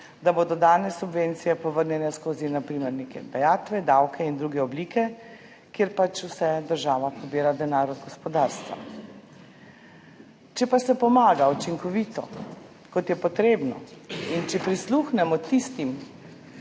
da bodo danes subvencije povrnjene skozi na primer neke dajatve, davke in druge oblike, kjer država pobira denar od gospodarstva. Če pa se pomaga učinkovito, kot je potrebno, in če prisluhnemo tistim,